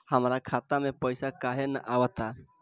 हमरा खाता में पइसा काहे ना आव ता?